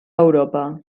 europa